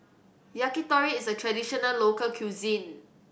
yakitori is a traditional local cuisine